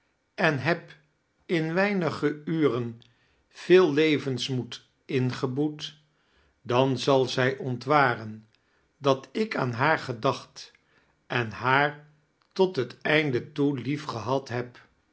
en heb in wednige uren veel levensmoed ingeboet dan zal zij ontwaren dat ik aan haar gedacht en haar tot bet einde toe liefgehad heb